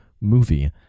movie